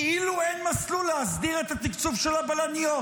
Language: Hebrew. כאילו אין מסלול להסדיר את התקצוב של הבלניות.